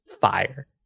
fire